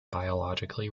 biologically